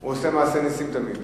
הוא עושה מעשי נסים תמיד.